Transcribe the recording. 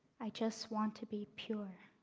i just want to be pure.